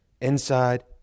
Inside